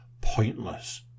pointless